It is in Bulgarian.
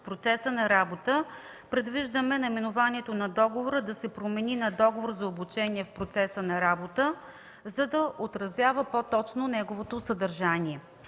в процеса на работа. Предвиждаме наименованието на договора да се промени на „Договор за обучение в процеса на работа”, за да отразява по-точно неговото съдържание.